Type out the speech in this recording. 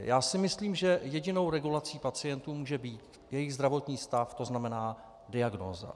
Já si myslím, že jedinou regulací pacientů může být jejich zdravotní stav, to znamená, diagnóza.